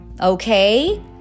Okay